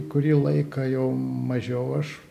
kurį laiką jau mažiau aš